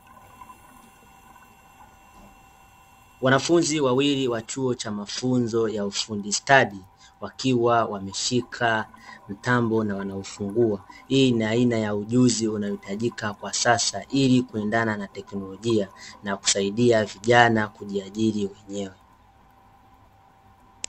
Wanafunzi wawili wa chuo cha mafunzo ya ufundi stadi, wakiwa wameshika mtambo na wanaufungua. Hii ni aina ya ujuzi unaohitajika kwa sasa ili kuendana na teknolojia, na kusaidia vijana kujiajiri wenyewe.